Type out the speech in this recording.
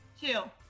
Two